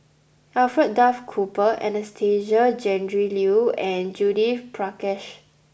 Alfred Duff Cooper Anastasia Tjendri Liew and Judith Prakash